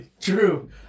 True